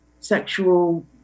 sexual